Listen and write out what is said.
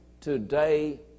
today